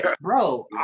Bro